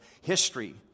history